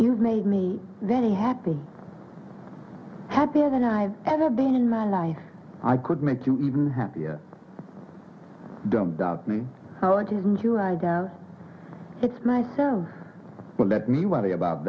you've made me very happy happier than i've ever been in my life i could make you even happier don't doubt it's my so let me worry about